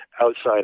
outside